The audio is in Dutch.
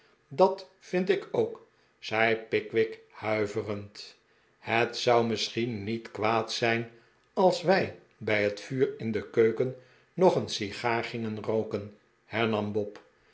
dat vind ik ook zei pickwick huiverend het zou misschien niet kwaad zijn als wij bij het vuur in de keuken nog een sigaar gingen rooken hernam bob